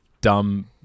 dumb